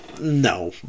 No